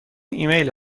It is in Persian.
ایمیل